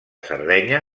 sardenya